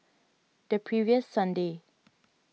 the previous Sunday